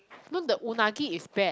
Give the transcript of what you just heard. no the unagi is bad